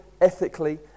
ethically